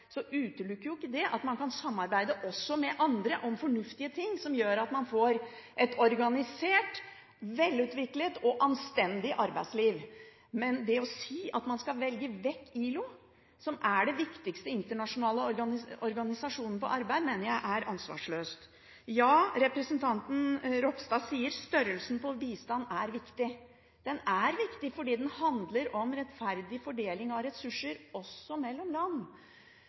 at man kan samarbeide med andre om fornuftige ting, slik at man får et organisert, velutviklet og anstendig arbeidsliv. Det å si at man skal velge vekk ILO, som er den viktigste internasjonale arbeidsorganisasjonen, mener jeg er ansvarsløst. Representanten Ropstad sier at størrelsen på bistand er viktig. Den er viktig fordi den handler om rettferdig fordeling av ressurser også mellom land.